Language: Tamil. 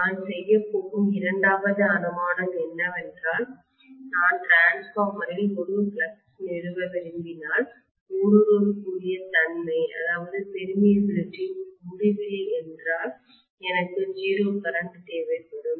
நான் செய்யப் போகும் இரண்டாவது அனுமானம் என்னவென்றால் நான் டிரான்ஸ்பார்மரில் ஒரு ஃப்ளக்ஸ் நிறுவ விரும்பினால் ஊடுருவக்கூடிய தன்மைபெர்மியபிலில்டி முடிவிலி என்றால் எனக்கு 0 கரண்ட் தேவைப்படும்